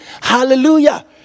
Hallelujah